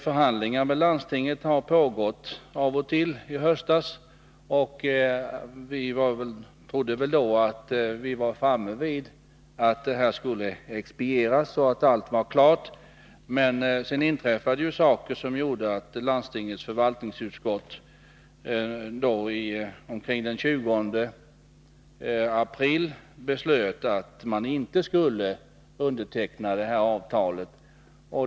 Förhandlingar med landstinget pågick av och till i höstas, och vi trodde då att vi var framme vid att beslutet skulle kunna expedieras. Men sedan inträffade saker som gjorde att landstingets förvaltningsutskott omkring den 20 april beslöt att man inte skulle underteckna avtalet.